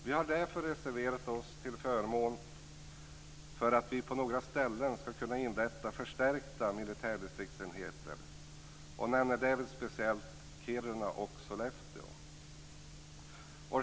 Vi har därför reserverat oss till förmån för att vi på några ställen ska inrätta förstärkta militärdistriktsenheter och nämner därvid speciellt Kiruna och Sollefteå.